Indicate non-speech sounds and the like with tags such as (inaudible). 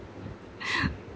(laughs)